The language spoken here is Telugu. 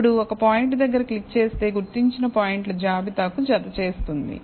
ఇప్పుడు ఒక పాయింట్ దగ్గర క్లిక్ చేస్తే గుర్తించిన పాయింట్ల జాబితాకు జతచేస్తుంది